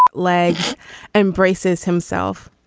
leg and braces himself.